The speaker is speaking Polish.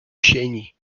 sieni